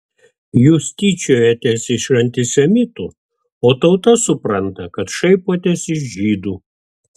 jūs tyčiojatės iš antisemitų o tauta supranta kad šaipotės iš žydų